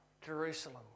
Jerusalem